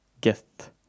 get